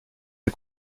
est